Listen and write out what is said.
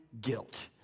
guilt